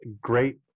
great